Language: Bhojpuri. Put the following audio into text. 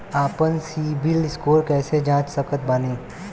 आपन सीबील स्कोर कैसे जांच सकत बानी?